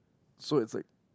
so it's like